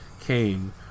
came